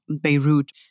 Beirut